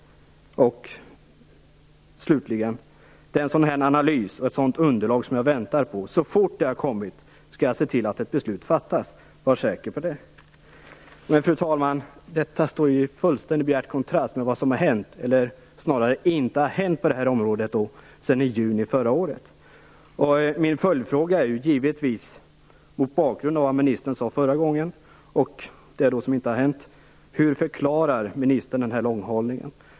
Slutligen säger hon: Det är en sådan analys och ett sådant underlag som jag väntar på. Så fort de har kommit skall jag se till att ett beslut fattas. Var säker på det. Fru talman! Detta står i fullständigt bjärt kontrast med vad som har - eller snarare inte har - hänt på det här området sedan juni förra året. Min följdfråga är givetvis, mot bakgrund av vad ministern sade förra gången och av att ingenting hänt: Hur förklarar ministern den här långhalningen?